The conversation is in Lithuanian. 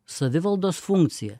savivaldos funkcija